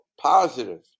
positive